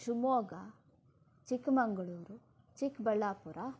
Shivamogga Chikkamagaluru Chikkaballapur